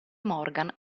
morgan